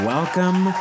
Welcome